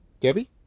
Debbie